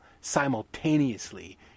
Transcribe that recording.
Simultaneously